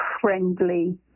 friendly